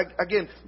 Again